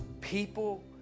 people